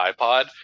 iPod